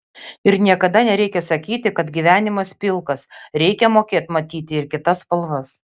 ir niekada nereikia sakyti kad gyvenimas pilkas reikia mokėt matyt ir kitas spalvas